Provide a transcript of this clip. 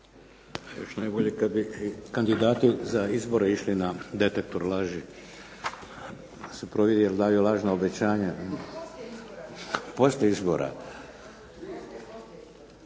Još najbolje kad bi i kandidati za izbore išli na detektor laži da se provjeri je li daju lažna obećanja. …/Upadica